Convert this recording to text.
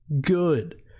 good